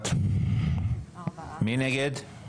מי נגד?